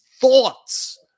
thoughts